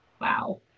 wow